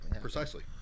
precisely